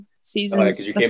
seasons